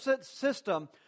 system